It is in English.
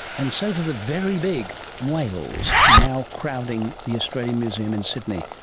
and so to the very big, whales, now crowding the australian museum in sydney,